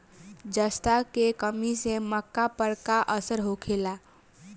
जस्ता के कमी से मक्का पर का असर होखेला?